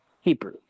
Hebrew